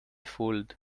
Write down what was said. fooled